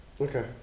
Okay